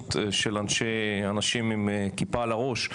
נוכחות של אנשים עם כיפה על הראש,